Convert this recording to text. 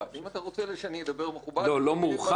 לא מורחב.